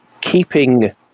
keeping